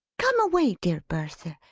come away, dear bertha!